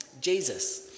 jesus